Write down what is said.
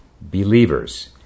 believers